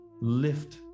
lift